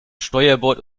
steuerbord